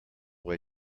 way